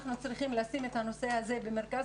אנחנו צריכים לשים את הנושא הזה במרכז